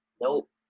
Nope